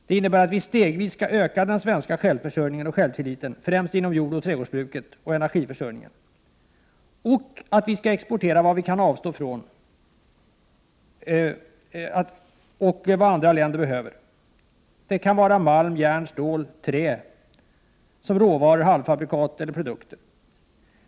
Det innebär att vi stegvis skall öka den svenska självförsörjningen och självtilliten, främst inom jordoch trädgårdsbruket men också vad gäller energiförsörjningen. Vi skall exportera det vi kan avstå ifrån och det andra länder behöver. Det kan vara malm, järn, stål, trä som råvaror, halvfabrikat eller produkter.